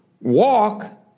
Walk